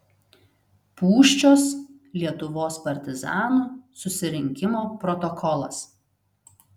pūščios lietuvos partizanų susirinkimo protokolas